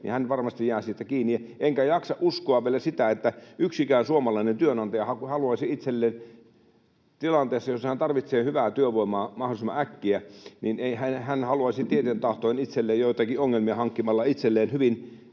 niin hän varmasti jää siitä kiinni. Enkä jaksa uskoa vielä sitä, että yksikään suomalainen työnantaja tilanteessa, jossa hän tarvitsee hyvää työvoimaa mahdollisimman äkkiä, haluaisi tieten tahtoen itselleen joitakin ongelmia hankkimalla hyvin